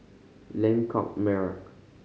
Lengkok Merak